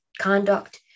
conduct